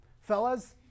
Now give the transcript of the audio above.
Fellas